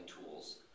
tools